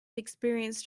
experienced